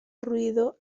ruido